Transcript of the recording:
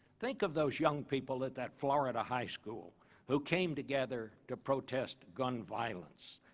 think of those young people at that florida high school who came together to protest gun violence.